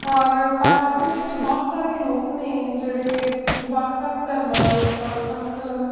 ਔਰ ਭਾਰਤ ਦੇ ਵਿੱਚ ਬਹੁਤ ਸਾਰੇ ਲੋਕ ਨੇ ਜਿਹੜੇ ਵੱਖ ਵੱਖ ਧਰਮਾਂ ਦੇ ਵੱਖ ਵੱਖ